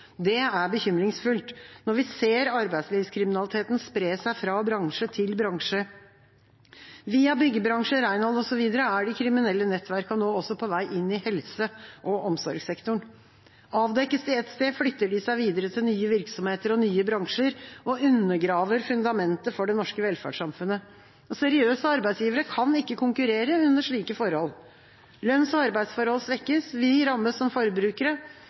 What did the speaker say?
Det er bekymringsfullt når vi ser arbeidslivskriminaliteten spre seg fra bransje til bransje. Via byggebransjen, renhold osv. er de kriminelle nettverkene nå også på vei inn i helse- og omsorgssektoren. Avdekkes de ett sted, flytter de seg videre til nye virksomheter og nye bransjer og undergraver fundamentet for det norske velferdssamfunnet. Seriøse arbeidsgivere kan ikke konkurrere under slike forhold. Lønns- og arbeidsforhold svekkes, vi rammes som forbrukere,